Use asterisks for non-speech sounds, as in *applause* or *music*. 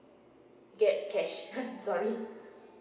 get cash *laughs* sorry